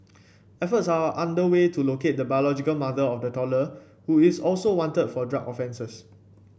efforts are underway to locate the biological mother of the toddler who is also wanted for drug offences